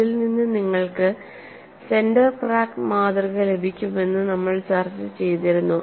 ഇതിൽ നിന്ന് നിങ്ങൾക്ക് സെന്റർ ക്രാക്ക് മാതൃക ലഭിക്കുമെന്ന് നമ്മൾ ചർച്ച ചെയ്തിരുന്നു